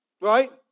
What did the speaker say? right